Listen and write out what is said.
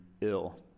ill